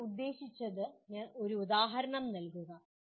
നിങ്ങൾ ഉദ്ദേശിച്ചതിന് ഒരു ഉദാഹരണം നൽകുക